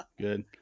Good